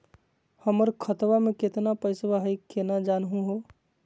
हमर खतवा मे केतना पैसवा हई, केना जानहु हो?